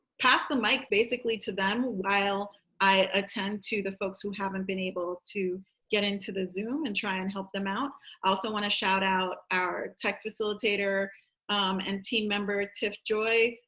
pass the mic basically to them, while i attend to the folks who haven't been able to get into the zoom and try and help them out. i also want to shout out our tech facilitator and team member, tiff joy,